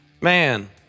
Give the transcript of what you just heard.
Man